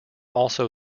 also